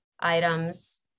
items